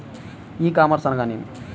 ఈ కామర్స్ అనగా నేమి?